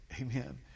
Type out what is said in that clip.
Amen